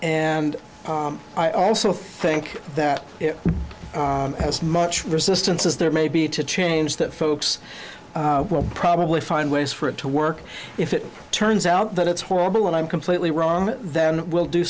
and i also think that as much resistance as there may be to change that folks will probably find ways for it to work if it turns out that it's horrible and i'm completely wrong then we'll do